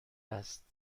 است